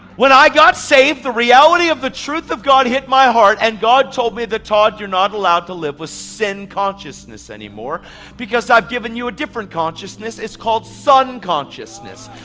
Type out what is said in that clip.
when i got saved the reality of the truth of god hit my heart, and god told me that todd you're not allowed to live with sin consciousness anymore because i've given you a different consciousness, it's called son consciousness.